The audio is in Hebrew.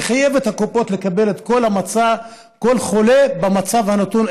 וחייב את הקופות לקבל כל חולה במצב הנתון,